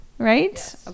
Right